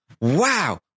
wow